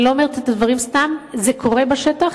אני לא אומרת את הדברים סתם, זה קורה בשטח.